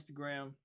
Instagram